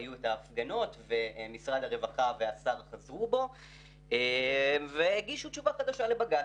היו הפגנות ומשרד הרווחה והשר --- והגישו תשובה חדשה לבג"ץ.